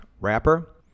wrapper